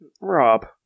Rob